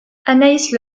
anaïs